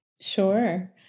Sure